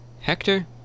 Hector